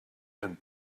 and